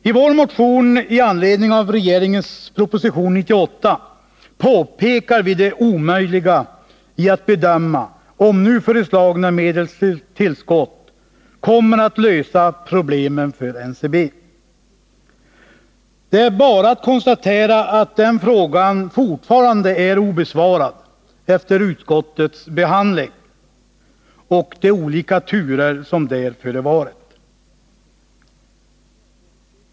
I vår motion i anledning av regeringens proposition 98 påpekar vi det omöjliga i att bedöma om nu föreslagna medelstillskott kommer att lösa problemen för NCB. Det är bara att konstatera att den frågan fortfarande är obesvarad efter utskottets behandling och de olika turer som där förevarit.